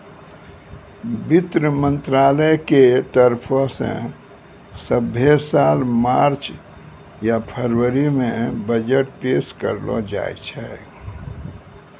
वित्त मंत्रालय के तरफो से सभ्भे साल मार्च या फरवरी मे बजट पेश करलो जाय छै